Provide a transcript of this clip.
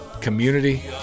community